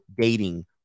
dating